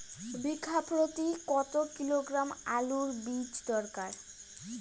বিঘা প্রতি কত কিলোগ্রাম আলুর বীজ দরকার?